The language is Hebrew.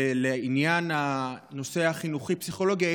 ולעניין הנושא הפסיכולוגי-חינוכי,